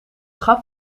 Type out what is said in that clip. gaf